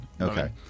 Okay